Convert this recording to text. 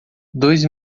dois